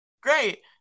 Great